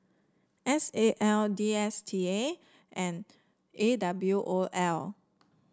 S A L D S T A and A W O L